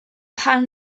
pan